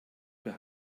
per